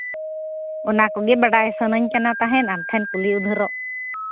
ᱚᱱᱟ ᱠᱚᱜᱮ ᱵᱟᱲᱟᱭ ᱥᱟᱱᱟᱧ ᱠᱟᱱᱟ ᱛᱟᱦᱮᱫ ᱟᱢ ᱴᱷᱮᱱ ᱠᱩᱞᱤ ᱩᱫᱽᱫᱷᱟᱹᱨᱚᱜ